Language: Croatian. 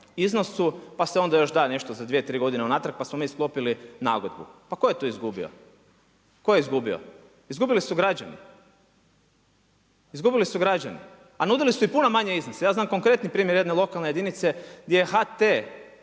pa se onda još nešto da za 2, 3 godine unatrag, pa smo mi sklopili nagodbu. Pa tko je tu izgubio, tko je izgubio? Izgubili su građani. A nudili su i puno manje iznose, ja znam konkretni primjer jedne lokalne jedinice gdje je HT